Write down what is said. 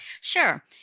Sure